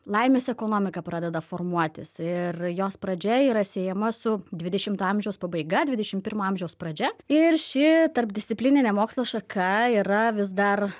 laimės ekonomika pradeda formuotis ir jos pradžia yra siejama su dvidešimto amžiaus pabaiga dvidešimt pirmo amžiaus pradžia ir ši tarpdisciplininė mokslo šaka yra vis dar